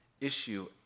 issue